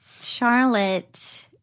Charlotte